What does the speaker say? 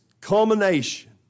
culmination